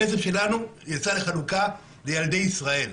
הכסף שלנו יצא לחלוקה לילדי ישראל.